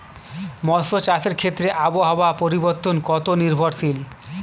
মৎস্য চাষের ক্ষেত্রে আবহাওয়া পরিবর্তন কত নির্ভরশীল?